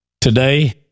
today